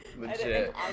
legit